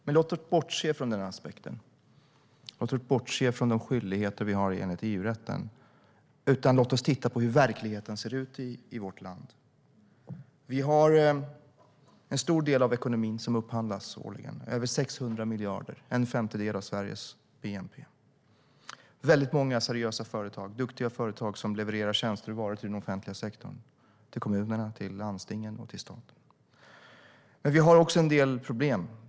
Men låt oss bortse från den skyldighet vi har enligt EU-rätten och titta på hur verkligheten ser ut i vårt land. En stor del av ekonomin upphandlas årligen. Det handlar om över 600 miljarder, en femtedel av Sveriges bnp. Många seriösa och duktiga företag levererar varor och tjänster till den offentliga sektorn, till kommuner, landsting och stat. Vi har dock en del problem.